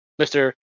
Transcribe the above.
Mr